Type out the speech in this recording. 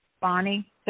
Bonnie